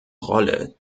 rolle